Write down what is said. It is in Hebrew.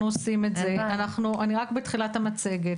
אנחנו עושים את זה, אני רק בתחילת המצגת.